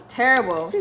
terrible